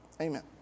amen